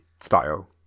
style